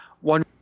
one